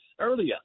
earlier